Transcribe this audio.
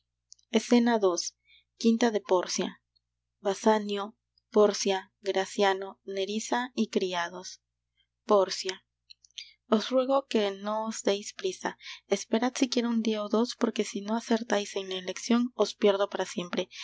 escena ii quinta de pórcia basanio pórcia graciano nerissa y criados pórcia os ruego que no os deis prisa esperad siquiera un dia ó dos porque si no acertais en la eleccion os pierdo para siempre